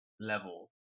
level